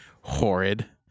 horrid